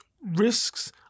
risks